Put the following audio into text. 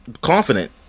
confident